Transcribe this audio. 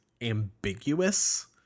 ambiguous